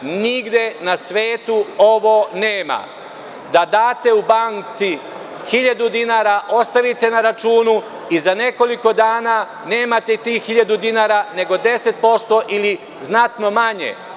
Nigde na svetu ovo nema, da date u nekoj banci 1.000 dinara, ostavite na računu, a za nekoliko dana nemate tih 1.000 dinara, nego 10% ili znatno manje.